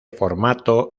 formato